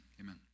amen